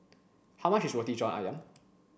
how much is Roti John Ayam